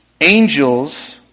angels